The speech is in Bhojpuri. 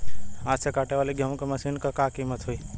हाथ से कांटेवाली गेहूँ के मशीन क का कीमत होई?